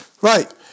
Right